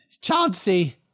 Chauncey